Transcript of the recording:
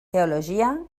teologia